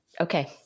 Okay